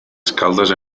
escaldes